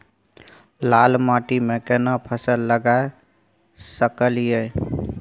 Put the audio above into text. लाल माटी में केना फसल लगा सकलिए?